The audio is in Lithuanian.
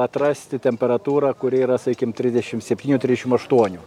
atrasti temperatūrą kuri yra sakykim trisdešimt septynių trisdešimt sštuonių